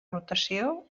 rotació